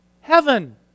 Heaven